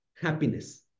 happiness